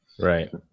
Right